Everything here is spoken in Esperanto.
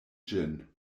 ĝin